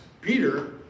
Peter